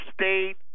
state